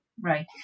Right